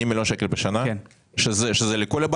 40 מיליון ביצוע, זה השנה.